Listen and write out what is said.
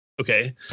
Okay